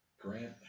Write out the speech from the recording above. Grant